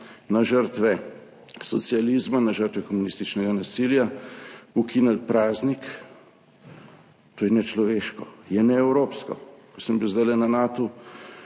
na žrtve socializma, na žrtve komunističnega nasilja ukinili praznik, to je nečloveško, je neevropsko. Ko sem bil zdajle na Natu,